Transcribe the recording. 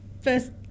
first